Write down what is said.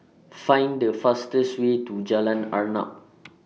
Find The fastest Way to Jalan Arnap